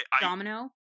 Domino